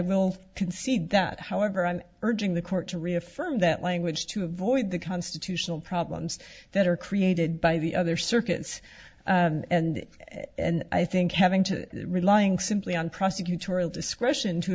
will concede that however i'm urging the court to reaffirm that language to avoid the constitutional problems that are created by the other circuits and i think having to relying simply on prosecutorial discretion to